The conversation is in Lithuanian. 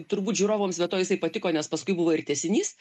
turbūt žiūrovams be to jisai patiko nes paskui buvo ir tęsinys